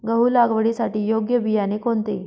गहू लागवडीसाठी योग्य बियाणे कोणते?